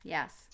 Yes